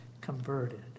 converted